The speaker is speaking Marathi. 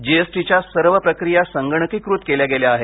जीएसटी च्या सर्व प्रक्रिया संगणकीकृत केल्या गेल्या आहेत